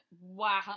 wow